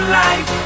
life